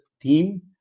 team